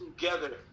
together